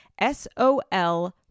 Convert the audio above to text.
S-O-L